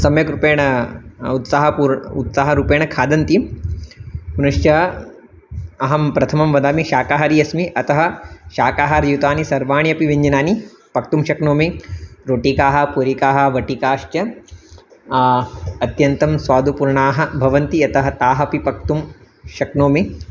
सम्यग्रूपेण उत्साहपूर्णः उत्साहरूपेण खादन्ति पुनश्च अहं प्रथमं वदामि शाकाहारी अस्मि अतः शाकाहार्युतानि सर्वाणि अपि व्यञ्जनानि पक्तुं शक्नोमि रोटिकाः पूरिकाः वटिकाश्च अत्यन्तं स्वादुपूर्णाः भवन्ति अतः ताः अपि पक्तुं शक्नोमि